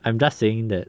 I'm just saying that